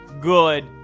good